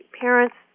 Parents